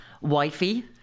wifey